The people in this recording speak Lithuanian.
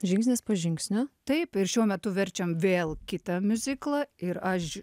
žingsnis po žingsnio taip ir šiuo metu verčiam vėl kitą miuziklą ir aš